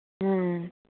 ᱦᱮᱸ